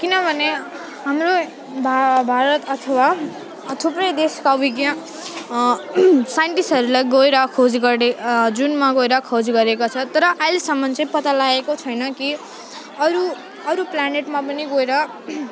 किनभने हाम्रो भा भारत अथवा थुप्रै देशका विज्ञ साइन्टिसहरूले गएर खोजी गर्दै जुनमा गएर खोजी गरेको छ तर अहिलेसम्म चाहिँ पता लागेको छैन कि अरू अरू प्लानेटमा पनि गएर